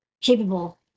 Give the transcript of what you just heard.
capable